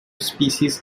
species